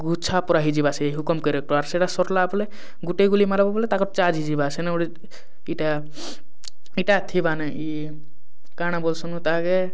ଗୁଚ୍ଛା ପରା ହେଇଯିବା ସେ ହୁକମ କାରେକ୍ଟର୍ ସେଇଟା ସରିଲା ବୋଲେ ଗୁଟେ ଗୁଲି ମାରବ୍ ବୋଲେ ତାକର୍ ଚାରି ଯିବା ସେନ ଗୋଟେ ଇଟା ଏଟା ଥିବାନେ ଇଏ କାଣା ବୋଲସନ୍ ମୁଁ ତାକେ